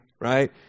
right